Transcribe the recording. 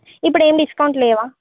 ఇప్పుడేం డిస్కౌంట్ లేవా